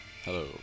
Hello